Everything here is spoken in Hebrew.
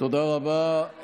תודה רבה.